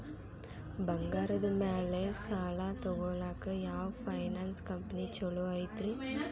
ಬಂಗಾರದ ಮ್ಯಾಲೆ ಸಾಲ ತಗೊಳಾಕ ಯಾವ್ ಫೈನಾನ್ಸ್ ಕಂಪನಿ ಛೊಲೊ ಐತ್ರಿ?